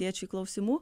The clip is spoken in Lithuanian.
tėčiui klausimų